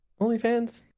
OnlyFans